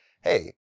hey